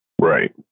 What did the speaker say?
Right